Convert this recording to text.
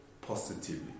positively